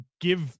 give